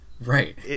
right